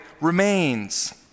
remains